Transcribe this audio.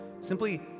simply